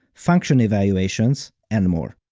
function evaluations, and more.